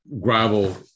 gravel